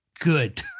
good